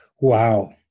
Wow